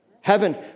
Heaven